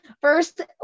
First